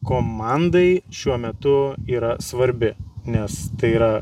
komandai šiuo metu yra svarbi nes tai yra